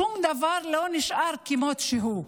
שום דבר לא נשאר כמות שהוא.